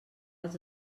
els